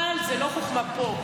אבל זו לא חוכמה פה.